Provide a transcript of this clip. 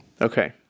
Okay